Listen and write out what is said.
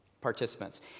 participants